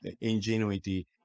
ingenuity